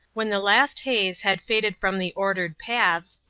when the last haze had faded from the ordered paths,